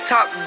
Top